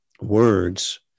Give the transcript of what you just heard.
words